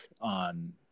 on